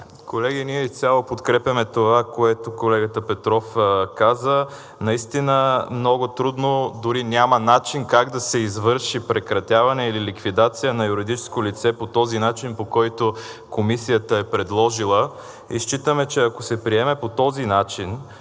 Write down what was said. Колеги, ние изцяло подкрепяме това, което колегата Петров каза. Наистина е много трудно, дори няма начин как да се извърши прекратяване или ликвидация на юридическо лице по този начин, по който Комисията е предложила. Считаме, че ако се приеме по този начин,